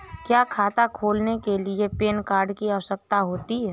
क्या खाता खोलने के लिए पैन कार्ड की आवश्यकता होती है?